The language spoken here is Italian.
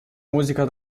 musica